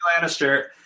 Lannister